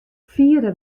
fiere